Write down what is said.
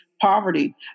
poverty